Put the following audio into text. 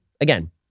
again